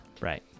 right